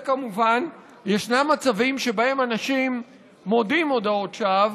כמובן שיש מצבים שבהם אנשים מודים הודאות שווא